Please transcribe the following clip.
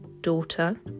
daughter